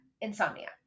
Insomnia